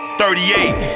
38